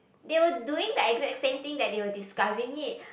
they were doing the exact same thing that they were describing it